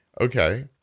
Okay